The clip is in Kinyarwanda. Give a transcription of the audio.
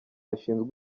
bashinzwe